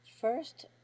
First